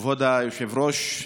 כבוד היושב-ראש,